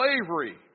slavery